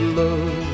love